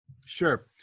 sure